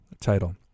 title